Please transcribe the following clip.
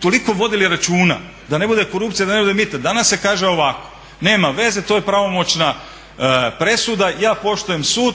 toliko vodili računa da ne bude korupcije, da ne bude mita. Danas se kaže ovako, nema veze to je pravomoćna presuda ja poštujem sud